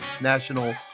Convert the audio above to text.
National